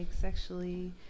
sexually